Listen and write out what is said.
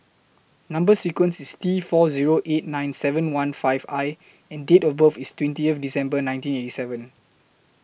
Number sequence IS T four Zero eight nine seven one five I and Date of birth IS twenty December nineteen eighty seven